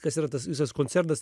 kas yra tas visas koncernas